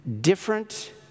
different